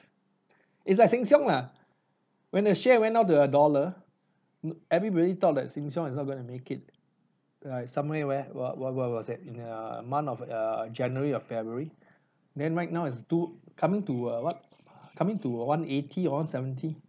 it's like Sheng Siong lah when the share went up to a dollar ugh everybody thought that Sheng Siong is not gonna to make it like some where where what what what was that in a month of err january or february then right now is two coming to uh what coming to one eighty or one seventy